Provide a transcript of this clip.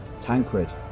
Tancred